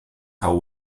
how